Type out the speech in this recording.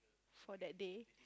for that day